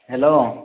hello